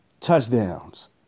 touchdowns